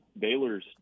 Baylor's